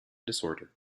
disorder